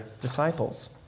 disciples